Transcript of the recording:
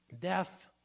death